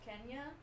kenya